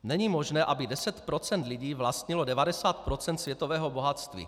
Není možné, aby 10 % lidí vlastnilo 90 % světového bohatství.